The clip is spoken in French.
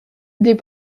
des